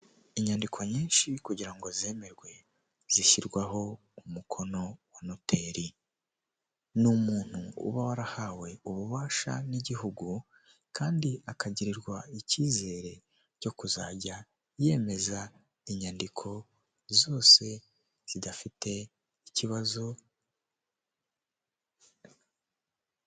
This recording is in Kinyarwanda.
Inyandiko nyinshi kugira ngo zemerwe zishyirwaho umukono wa noteri ni umuntu uba warahawe ububasha n'igihugu, kandi akagirirwa icyizere cyo kuzajya yemeza inyandiko zose zidafite ikibazo.